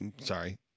sorry